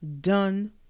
done